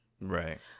Right